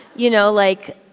you know, like,